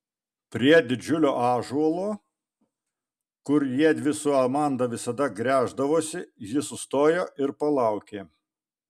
prie didžiulio ąžuolo kur jiedvi su amanda visada gręždavosi ji sustojo ir palaukė